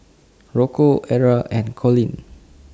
Rocco Arra and Collin